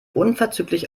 unverzüglich